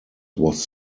was